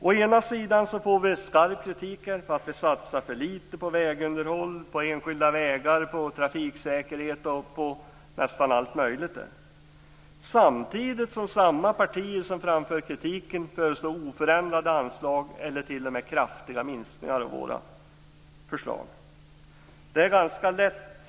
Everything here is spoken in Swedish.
Å ena sidan får vi skarp kritik för att vi satsar för litet på vägunderhåll, på enskilda vägar, på trafiksäkerhet och på nästan allt möjligt. Å andra sidan föreslår samma partier som framför kritiken oförändrade anslag eller t.o.m. kraftiga minskningar av budgeten jämfört med våra förslag. Fru talman!